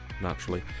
naturally